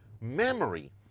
memory